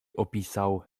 opisał